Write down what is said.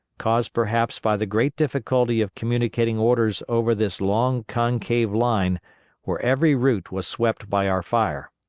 caused perhaps by the great difficulty of communicating orders over this long concave line where every route was swept by our fire.